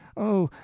oh,